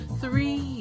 three